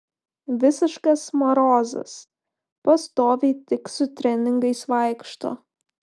visiškas marozas pastoviai tik su treningais vaikšto